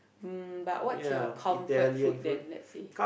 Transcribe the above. um but what's your comfort food then let's say